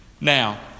Now